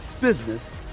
business